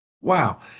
Wow